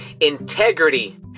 Integrity